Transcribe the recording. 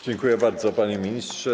Dziękuję bardzo, panie ministrze.